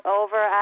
over